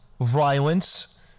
Violence